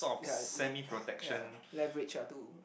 ya ya leverage ah to